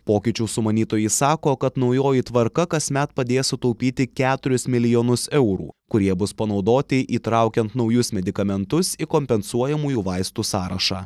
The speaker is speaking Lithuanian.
pokyčių sumanytojai sako kad naujoji tvarka kasmet padės sutaupyti keturis milijonus eurų kurie bus panaudoti įtraukiant naujus medikamentus į kompensuojamųjų vaistų sąrašą